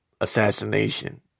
assassination